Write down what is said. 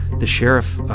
the sheriff,